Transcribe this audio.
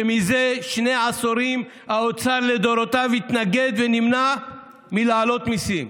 זה שני עשורים האוצר לדורותיו התנגד ונמנע מלהעלות מיסים.